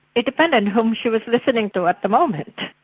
it depended whom she was listening to at the moment,